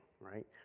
right